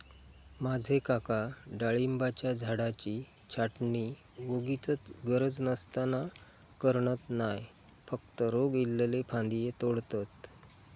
माझे काका डाळिंबाच्या झाडाची छाटणी वोगीचच गरज नसताना करणत नाय, फक्त रोग इल्लले फांदये तोडतत